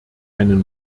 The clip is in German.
einen